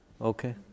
Okay